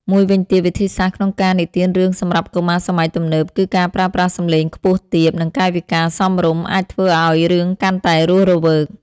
មួយវិញទៀត វិធីសាស្រ្តក្នុងការនិទានរឿងសម្រាប់កុមារសម័យទំនើប គឺការប្រើប្រាស់សម្លេងខ្ពស់ទាប និងកាយវិការសមរម្យ អាចធ្វើឱ្យរឿងកាន់តែរស់រវើក។